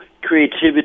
creativity